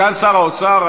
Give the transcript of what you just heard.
סגן שר האוצר,